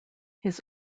his